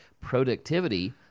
productivity